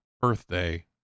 birthday